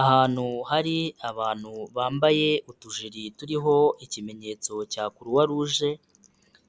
Ahantu hari abantu bambaye utujiri turiho ikimenyetso cya Croix rouge,